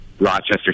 Rochester